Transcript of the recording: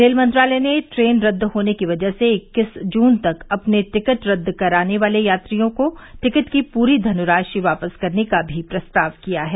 rail मंत्रालय ने train रद्द होने की वजह से इक्कीस जून तक अपने टिकट रद्द कराने वाले यात्रियों को टिकट की पूरी धनराशि वापस करने का भी प्रस्ताव किया है